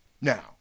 Now